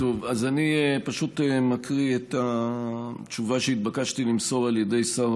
אז אני פשוט מקריא את התשובה שהתבקשתי למסור על ידי שר